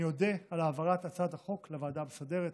אני אודה על העברת הצעת החוק לוועדה המסדרת